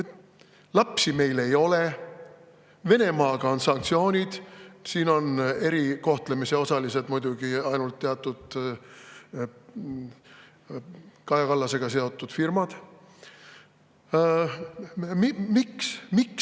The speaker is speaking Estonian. Lapsi meil ei ole, Venemaaga on sanktsioonid, siin on erikohtlemise osalised muidugi ainult teatud Kaja Kallasega seotud firmad. Miks